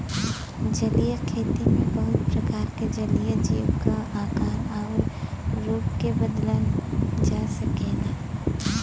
जलीय खेती में बहुत प्रकार के जलीय जीव क आकार आउर रूप के बदलल जा सकला